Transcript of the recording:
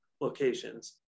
locations